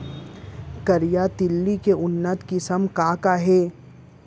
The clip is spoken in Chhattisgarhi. करिया तिलि के उन्नत किसिम का का हे?